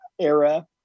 era